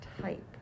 type